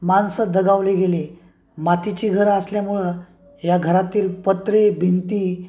माणसं दगावले गेले मातीची घरं असल्यामुळं या घरातील पत्रे भिंती